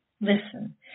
Listen